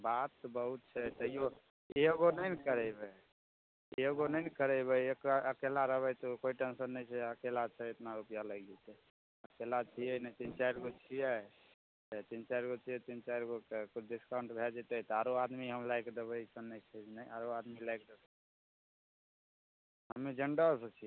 बात बहुत छै तैयो एगो नहि ने करेबै एगो नहि ने करेबै एक अकेला रहबै तऽ कोई टेन्सन नहि छै अकेला छै एतना रुपआ लगि जेतै अकेला छियै नहि तीन चारि गो छियै तऽ तीन चारि गो छियै तीन चारि गो के किछु डिस्काउंट भए जैतै तऽ आरो आदमी हम लाए के देबै अइसन नहि छै कि नहि आरो आदमी लएके देबै हमे सँ छियै